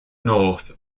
north